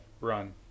run